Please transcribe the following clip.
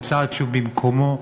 זה צעד שהוא במקומו,